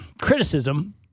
criticism